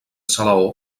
salaó